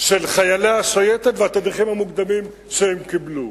של חיילי השייטת והתדריכים המוקדמים שהם קיבלו.